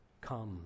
come